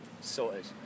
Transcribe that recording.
Sorted